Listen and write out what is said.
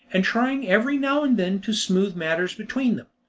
and trying every now and then to smooth matters between them.